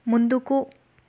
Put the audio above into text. ముందుకు